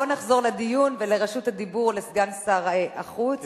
בואו נחזור לדיון ורשות הדיבור לסגן שר החוץ,